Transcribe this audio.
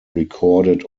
recorded